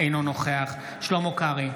אינו נוכח שלמה קרעי,